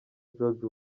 george